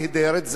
נהדרת,